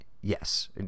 Yes